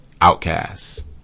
Outcasts